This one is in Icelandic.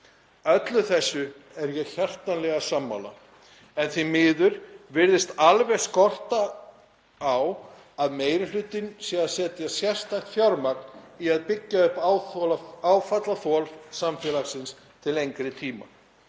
Öllu þessu er ég hjartanlega sammála en því miður virðist alveg skorta á að meiri hlutinn sé að setja sérstakt fjármagn í að byggja upp áfallaþol samfélagsins til lengri tíma.